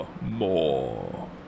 more